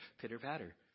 pitter-patter